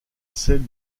celle